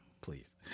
please